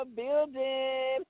building